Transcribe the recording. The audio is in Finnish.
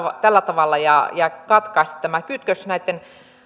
tällä tavalla ja ja katkaista tämä kytkös näitten